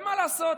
מה לעשות?